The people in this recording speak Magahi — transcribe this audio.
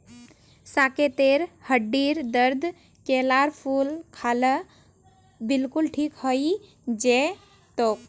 साकेतेर हड्डीर दर्द केलार फूल खा ल बिलकुल ठीक हइ जै तोक